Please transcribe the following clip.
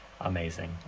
amazing